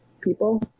people